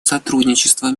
сотрудничества